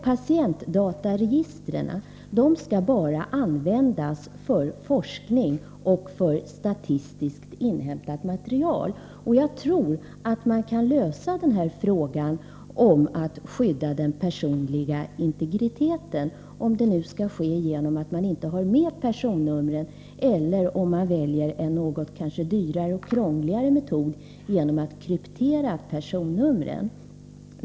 Patientdataregistren skall bara användas för forskning och för statistiskt inhämtat material. Jag tror att man kan lösa problemet att skydda den personliga integriteten — om det nu skall ske genom att man inte har med personnumren eller, om man väljer en något dyrare och krångligare metod, genom att man krypterar personnumren.